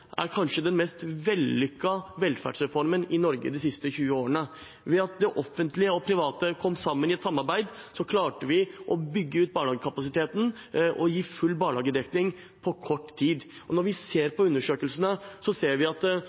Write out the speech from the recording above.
er kanskje den mest vellykkede velferdsreformen i Norge de siste 20 årene. Ved at det offentlige og private kom sammen i et samarbeid, klarte vi å bygge ut barnehagekapasiteten og gi full barnehagedekning på kort tid. Og når vi ser på undersøkelsene, ser vi at